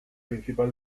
principal